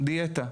דיאטה.